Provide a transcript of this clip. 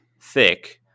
thick